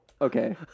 okay